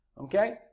Okay